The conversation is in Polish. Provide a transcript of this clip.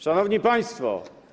Szanowni Państwo!